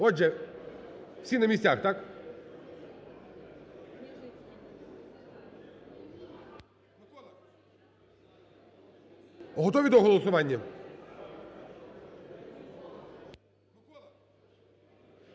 Отже, всі на місцях, так? Готові до голосування?